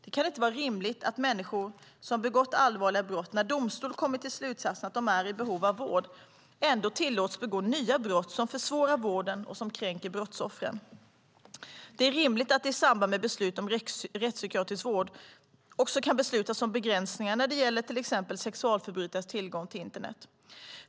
Det kan inte vara rimligt att människor som har begått allvarliga brott, och där domstol kommit till slutsatsen att de är i behov av vård, ändå tillåts begå nya brott som försvårar vården och kränker brottsoffren. Det är rimligt att det i samband med beslut om rättspsykiatrisk vård också kan beslutas om begränsningar när det gäller till exempel sexualförbrytares tillgång till internet.